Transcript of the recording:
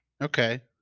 Okay